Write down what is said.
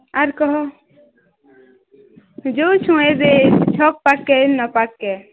ଆର୍ କହ ଯୋଉଛୁଁ ଏବେ ଛକ୍ ପାଖେ ପାଖେ୍